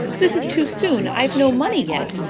this is too soon. i've no money yet,